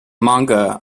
manga